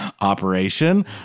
operation